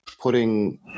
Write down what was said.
putting